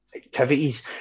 activities